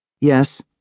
Yes